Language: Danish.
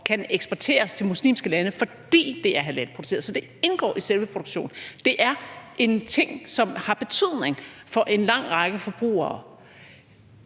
kan eksporteres til muslimske lande, fordi det er halalproduceret. Så det indgår i selve produktionen, og det er en ting, som har betydning for en lang række forbrugere.